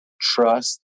trust